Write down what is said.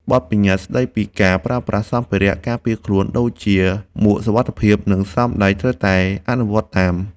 បទប្បញ្ញត្តិស្ដីពីការប្រើប្រាស់សម្ភារៈការពារខ្លួនដូចជាមួកសុវត្ថិភាព និងស្រោមដៃត្រូវតែអនុវត្តតាម។